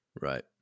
right